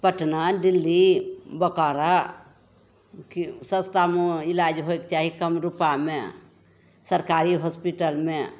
पटना दिल्ली बोकारो सस्तामे इलाज होइके चाही कम रुपामे सरकारी हॉसपिटलमे